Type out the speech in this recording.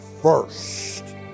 first